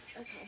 Okay